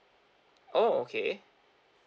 oh okay